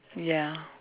ya